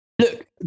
Look